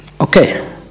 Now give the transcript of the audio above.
Okay